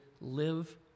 live